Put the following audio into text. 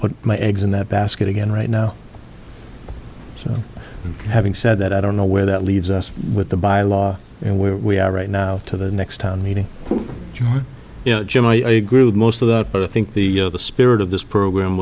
put my eggs in that basket again right now so having said that i don't know where that leaves us with the by law and where we are right now to the next town meeting jim i agree with most of that but i think the spirit of this program